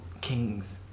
kings